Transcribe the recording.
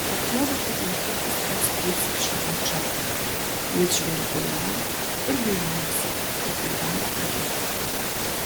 atrodo kad netrukus atsidursiu šalia džono jis žvelgė į ją ir gailėjosi jog negali kalbėti